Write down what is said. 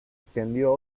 extendió